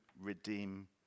redeem